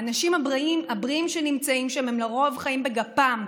האנשים הבריאים שנמצאים שם לרוב חיים בגפם.